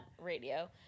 radio